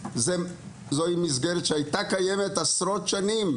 זוהי מסגרת שהייתה קיימת עשרות שנים,